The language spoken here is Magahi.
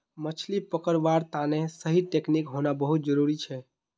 मछली पकड़वार तने सही टेक्नीक होना बहुत जरूरी छ